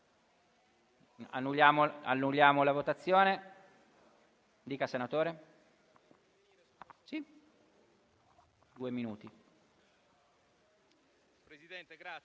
Annullo la votazione.